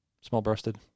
Small-breasted